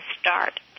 start